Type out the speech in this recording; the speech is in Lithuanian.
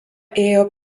ėjo